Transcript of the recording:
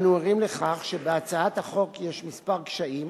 אנו ערים לכך שבהצעת החוק יש כמה קשיים,